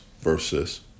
versus